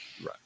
Right